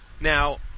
Now